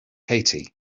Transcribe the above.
katie